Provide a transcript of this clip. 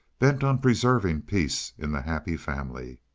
bent on preserving peace in the happy family.